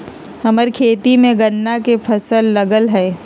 हम्मर खेत में गन्ना के फसल लगल हई